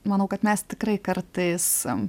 manau kad mes tikrai kartais